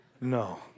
No